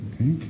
Okay